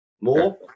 more